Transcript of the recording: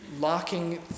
locking